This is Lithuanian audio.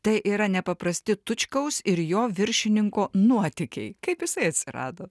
tai yra nepaprasti tučkaus ir jo viršininko nuotykiai kaip jisai atsirado